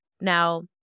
Now